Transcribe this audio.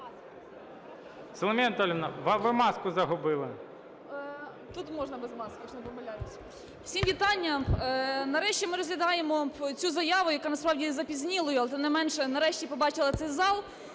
Соломія Анатоліївна, ви маску загубили. 13:54:09 БОБРОВСЬКА С.А. Тут можна без маски, якщо не помиляюся. Всім вітання! Нарешті ми розглядаємо цю заяву, яка насправді є запізнілою, але, тим не менше, нарешті побачила цей зал.